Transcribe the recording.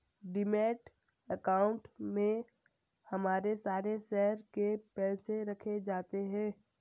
demat account में हमारे सारे शेयर के पैसे रखे जाते हैं